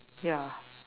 ya